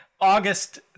August